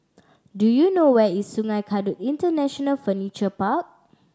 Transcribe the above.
do you know where is Sungei Kadut International Furniture Park